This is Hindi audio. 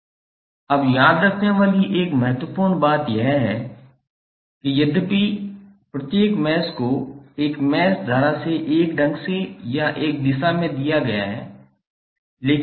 अब याद रखने वाली एक महत्वपूर्ण बात यह है कि यद्यपि प्रत्येक मैश को एक मैश धारा से एक ढंग से या एक दिशा में दिया गया है